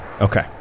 Okay